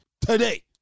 today